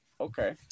Okay